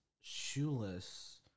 shoeless